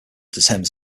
determines